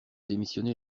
démissionné